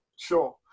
Sure